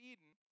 Eden